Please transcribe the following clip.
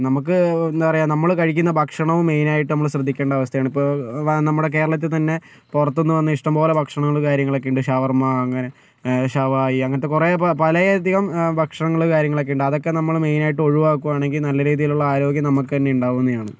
നമുക്ക് എന്താ പറയുക നമ്മൾ കഴിക്കുന്ന ഭക്ഷണവും മെയിൻ ആയിട്ട് നമ്മൾ ശ്രദ്ധിക്കേണ്ട അവസ്ഥയാണ് ഇപ്പോൾ നമ്മുടെ കേരളത്തിൽ തന്നെ പുറത്ത് നിന്ന് വന്ന ഇഷ്ടംപോലെ ഭക്ഷണങ്ങൾ കാര്യങ്ങൾ ഒക്കെ ഉണ്ട് ഷവർമ്മ അങ്ങനെ ഷാവായി അങ്ങനത്തെ കുറെ പല അധികം ഭക്ഷണങ്ങൾ കാര്യങ്ങൾ ഒക്കെ ഉണ്ട് അതൊക്കെ നമ്മൾ മെയിൻ ആയിട്ട് ഒഴുവാക്കുക ആണെങ്കിൽ നല്ല രീതിയിലുള്ള ആരോഗ്യം നമുക്ക് തന്നെ ഉണ്ടാകുന്നതാണ്